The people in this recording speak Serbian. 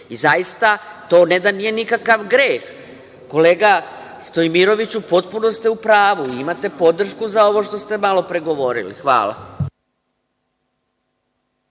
Zaista, to ne da nije nikakav greh. Kolega Stojmiroviću, potpuno ste u pravu. Imate podršku za ovo što ste malopre govorili. Hvala.